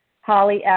Holly